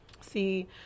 See